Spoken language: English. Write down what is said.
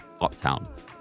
Uptown